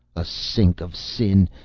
a sink of sin,